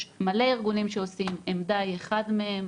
יש מלא ארגונים שעושים, עמד"א היא אחד מהם.